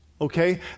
okay